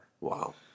Wow